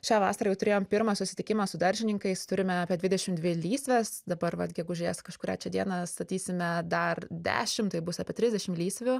šią vasarą jau turėjom pirmą susitikimą su daržininkais turime apie dvidešim dvi lysves dabar vat gegužės kažkurią dieną statysime dar dešimt tai bus apie trisdešim lysvių